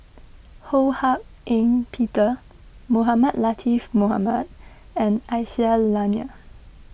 Ho Hak Ean Peter Mohamed Latiff Mohamed and Aisyah Lyana